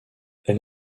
elle